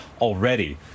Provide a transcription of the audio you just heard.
already